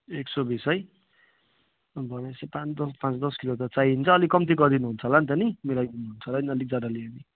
एक सौ बिस है भनेपछि पाँच दस पाँच दस किलो त चाहिन्छ अलिक कम्ती गरिदिनु हुन्छ होला नि त नि मिलाइदिनु हुन्छ होला नि अलिक ज्यादा लियो भने